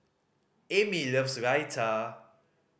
Amy loves Raita